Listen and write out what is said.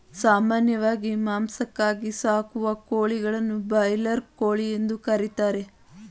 ಸಾಮಾನ್ಯವಾಗಿ ಮಾಂಸಕ್ಕಾಗಿ ಸಾಕುವ ಕೋಳಿಗಳನ್ನು ಬ್ರಾಯ್ಲರ್ ಕೋಳಿ ಎಂದು ಕರಿತಾರೆ